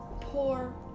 poor